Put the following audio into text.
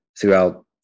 throughout